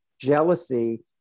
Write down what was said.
jealousy